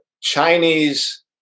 Chinese